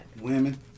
Women